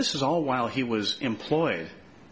this is all while he was employed